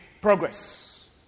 progress